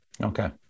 okay